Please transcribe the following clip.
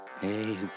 Hey